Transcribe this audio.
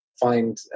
find